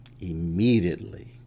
Immediately